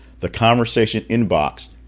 theconversationinbox